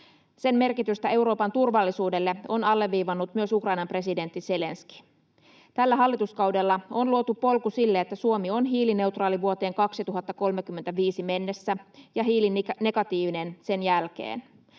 Sen merkitystä Euroopan turvallisuudelle on alleviivannut myös Ukrainan presidentti Zelenskyi. Tällä hallituskaudella on luotu polku sille, että Suomi on hiilineutraali vuoteen 2035 mennessä ja hiilinegatiivinen sen jälkeen.